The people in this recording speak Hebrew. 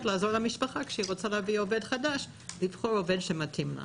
לעזור למשפחה לבחור עובד חדש שמתאים לה.